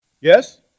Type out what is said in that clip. Yes